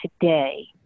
today